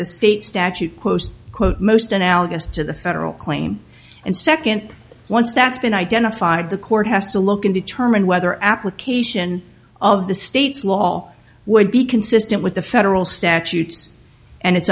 the state statute quote unquote most analogous to the federal claim and second once that's been identified the court has to look in determine whether application of the state's law all would be consistent with the federal statutes and it